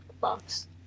box